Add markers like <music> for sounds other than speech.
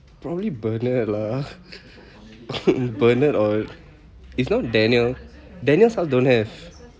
probably bernard lah <laughs> bernard or it's not daniel daniels house don't have